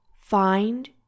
Find